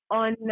on